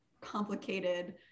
complicated